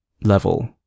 level